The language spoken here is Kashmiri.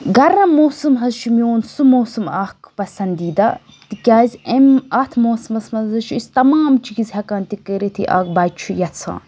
گَرم موسَم حظ چھُ میون سُہ موسم اَکھ پَسنٛدیٖدہ تِکیٛازِ اَمہِ اَتھ موسمَس منٛز حظ چھِ أسۍ تَمام چیٖز ہیٚکان تہِ کٔرِتھ یہِ اَکھ بَچہِ چھُ یَژھان